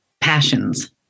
passions